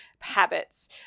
habits